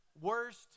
Worst